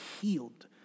healed